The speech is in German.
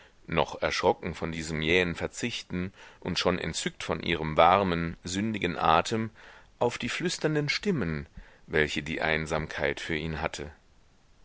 noch erschrocken von diesem jähen verzichten und schon entzückt von ihrem warmen sündigen atem auf die flüsternden stimmen welche die einsamkeit für ihn hatte